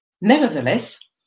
Nevertheless